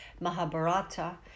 Mahabharata